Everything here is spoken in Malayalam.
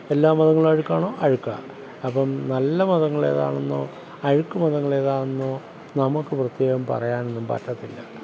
എല്ലാ മതങ്ങളും അഴുക്കാണോ അഴുക്കാണ് അപ്പം നല്ല മതങ്ങളേതാണെന്നോ അഴുക്ക് മതങ്ങളേതാണെന്നോ നമുക്ക് പ്രത്യേകം പറയാനൊന്നും പറ്റത്തില്ല